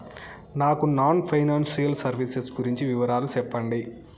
నాకు non financial services గురించి వివరాలు సెప్పండి?